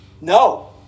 No